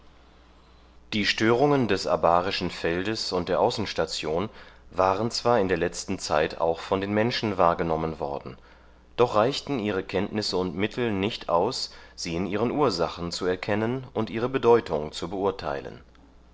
die störungen des abarischen feldes und der außenstation waren zwar in der letzten zeit auch von den menschen wahrgenommen worden doch reichten ihre kenntnisse und mittel nicht aus sie in ihren ursachen zu erkennen und ihre bedeutung zu beurteilen